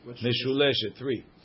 Three